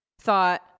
thought